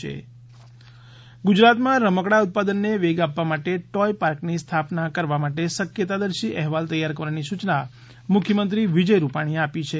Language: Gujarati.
ટોય પાર્કની સ્થાપના મુખ્યમંત્રી ગુજરાતમાં રમકડાં ઉત્પાદનને વેગ આપવા માટે ટોય પાર્કની સ્થાપના કરવા માટે શક્યતાદર્શી અહેવાલ તૈયાર કરવાની સૂચના મુખ્યમંત્રી વિજય રૂપાણીએ આપી છે